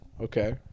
Okay